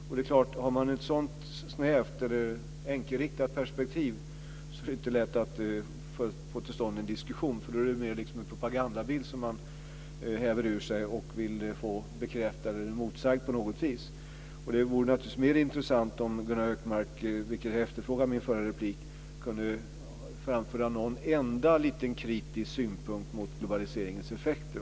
Och det är klart att om man har ett sådant snävt eller enkelriktat perspektiv så är det inte lätt att få till stånd en diskussion, eftersom det då mer är en propagandabild som man häver ur sig och vill få bekräftad eller motsagd på något vis. Det vore naturligtvis mer intressant om Gunnar Hökmark, vilket jag efterfrågade i mitt förra anförande, kunde framföra någon enda liten kritisk synpunkt mot globaliseringens effekter.